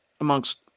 amongst